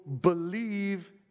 believe